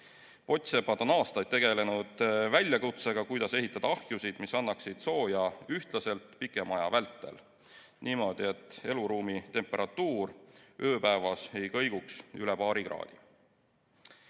Pottsepad on aastaid tegelenud väljakutsega, kuidas ehitada ahjusid, mis annaksid sooja ühtlaselt pikema aja vältel niimoodi, et eluruumi temperatuur ööpäevas ei kõiguks üle paari kraadi.